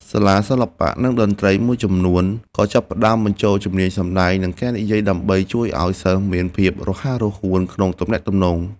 សាលាសិល្បៈ និងតន្ត្រីមួយចំនួនក៏ចាប់ផ្ដើមបញ្ចូលជំនាញសម្ដែង និងការនិយាយដើម្បីជួយឱ្យសិស្សមានភាពរហ័សរហួនក្នុងទំនាក់ទំនង។